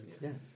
Yes